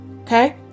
okay